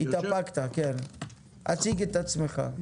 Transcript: תציג את עצמך.